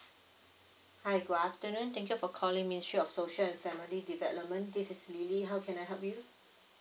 hi good afternoon thank you for calling ministry of social and family development this is lily how can I help you